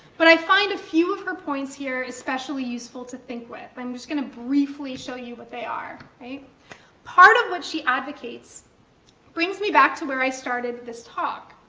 but i find a few of her points here are especially useful to think with. i'm just going to briefly show you what they are. part of what she advocates brings me back to where i started this talk.